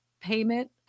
payment